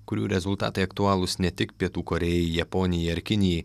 kurių rezultatai aktualūs ne tik pietų korėjai japonijai ar kinijai